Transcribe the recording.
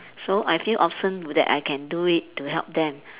so I feel awesome w~ that I can do it to help them